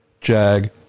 jag